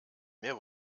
mehr